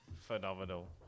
Phenomenal